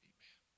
Amen